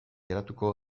geratuko